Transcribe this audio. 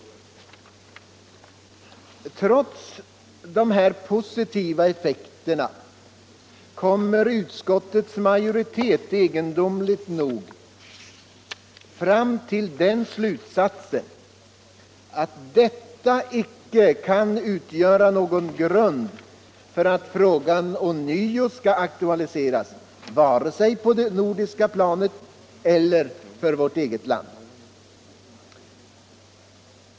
Trots dessa positiva effekter kommer utskottets majoritet egendomligt nog fram till den slutsatsen att detta icke kan utgöra någon grund för att frågan ånyo skall aktualiseras, vare sig på det nordiska planet eller för vårt eget land.